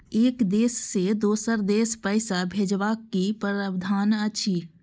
एक देश से दोसर देश पैसा भैजबाक कि प्रावधान अछि??